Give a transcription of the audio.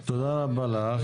תודה רבה לך.